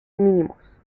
mínimos